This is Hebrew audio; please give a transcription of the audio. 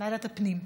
ועדת הפנים.